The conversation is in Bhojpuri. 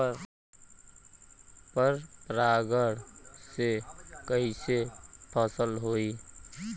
पर परागण से कईसे फसल होई?